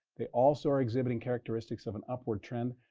they also are exhibiting characteristics of an upward trend.